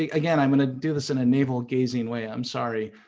like again, i'm gonna do this in a navel gazing way, i'm sorry.